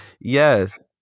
yes